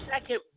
second